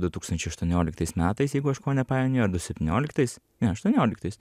du tūkstančiai aštuonioliktais metais jeigu aš ko nepainioju ar du septynioliktais ne aštuonioliktais